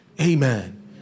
Amen